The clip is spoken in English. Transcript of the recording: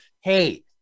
hey